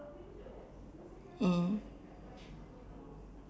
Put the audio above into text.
mm